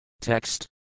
Text